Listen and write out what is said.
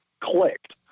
clicked